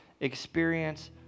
experience